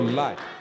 life